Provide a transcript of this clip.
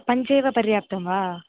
पञ्च एव पर्याप्तं वा